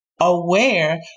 aware